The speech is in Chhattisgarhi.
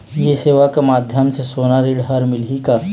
ये सेवा के माध्यम से सोना ऋण हर मिलही का?